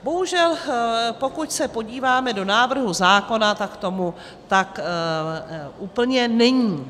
Bohužel pokud se podíváme do návrhu zákona, tak tomu tak úplně není.